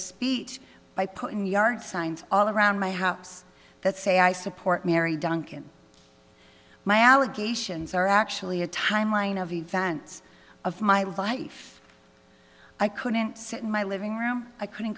speech by putting yard signs all around my house that say i support mary duncan my allegations are actually a timeline of events of my life i couldn't sit in my living room i couldn't